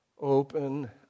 Open